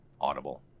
Audible